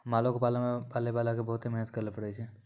मालो क पालै मे पालैबाला क बहुते मेहनत करैले पड़ै छै